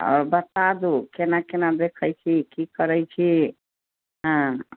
आओर बता दू केना केना देखैत छी की करैत छी हँ